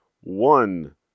one